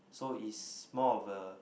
so it's more of a